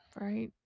Right